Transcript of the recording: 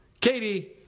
Katie